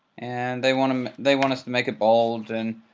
and they want um they want us to make it bold, and